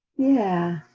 yeah,